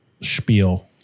spiel